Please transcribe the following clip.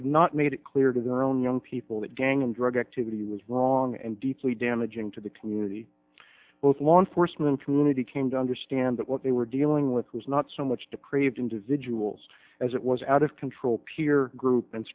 had not made it clear to their own young people that gang and drug activity was wrong and deeply damaging to the community both law enforcement community came to understand that what they were dealing with was not so much to create individuals as it was out of control peer group and